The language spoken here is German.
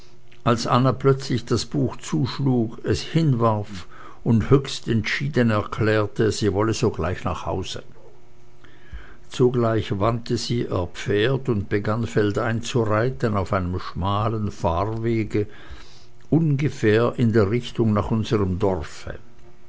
als anna plötzlich das buch zuschlug es hinwarf und höchst entschieden erklärte sie wolle sogleich nach hause zugleich wandte sie ihr pferd und begann feldein zu reiten auf einem schmalen fahrwege ungefähr in der richtung nach unserm dorfe